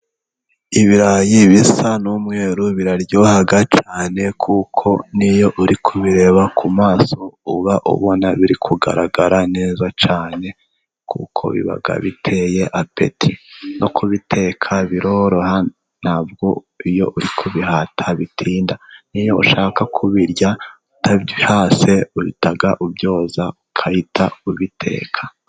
Ibirayi bisa n'umweru biraryoha cyane ,kuko n'iyo uri kubireba ku maso uba ubona biri kugaragara neza cyane kuko biba biteye apeti ,no kubiteka biroroha ntabwo iyo uri kubihata bitinda, n'iyo ushaka kubirya utabihase uhita ubyoza ugahita ubiteka.